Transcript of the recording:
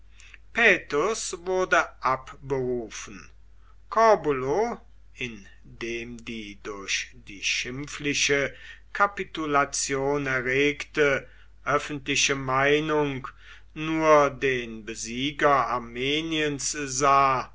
wurde abberufen corbulo in dem die durch die schimpfliche kapitulation erregte öffentliche meinung nur den besieger armeniens sah